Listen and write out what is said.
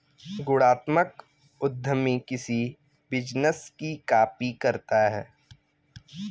गुणात्मक उद्यमी किसी बिजनेस की कॉपी करता है